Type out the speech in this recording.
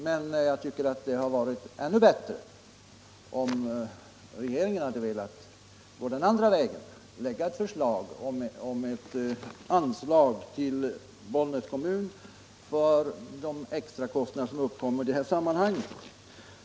Men jag tycker att det hade varit ännu bättre om regeringen velat gå den andra vägen och lägga fram förslag om anslag till Bollnäs kommun för de extra kostnader som uppkommer i sammanhanget.